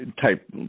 type